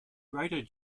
greater